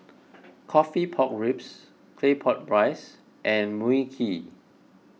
Coffee Pork Ribs Claypot Rice and Mui Kee